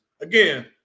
Again